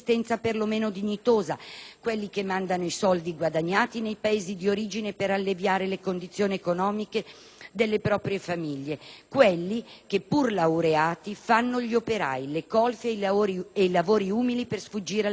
quelli che mandano i soldi guadagnati nei Paesi di origine per alleviare le condizioni economiche delle proprie famiglie; quelli che, pur laureati, fanno gli operai, le colf ed i lavori più umili per sfuggire alla criminalità organizzata.